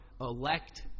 elect